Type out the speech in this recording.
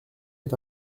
est